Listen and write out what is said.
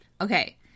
Okay